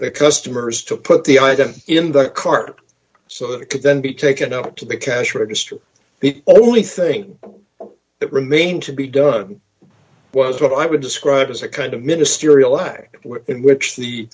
their customers to put the item in the cart so that it could then be taken up to the cash register the only thing that remained to be done was what i would describe as a kind of ministerial act in which the